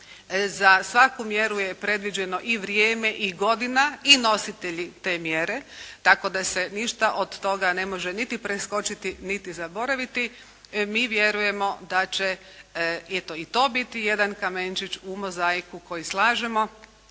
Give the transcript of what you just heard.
za svaku mjeru je predviđeno i vrijeme i godina, i nositelji te mjere, tako da se ništa od toga ne može niti preskočiti niti zaboraviti. Mi vjerujemo da će eto i to biti jedan kamenčić u mozaiku koji slažemo